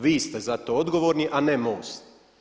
Vi ste za to odgovorni, a ne MOST.